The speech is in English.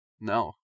No